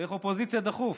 צריך אופוזיציה דחוף.